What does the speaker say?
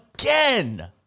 again